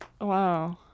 Wow